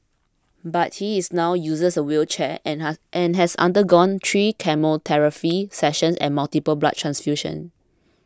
but he is now uses a wheelchair and has and has undergone three chemotherapy sessions and multiple blood transfusions